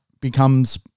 becomes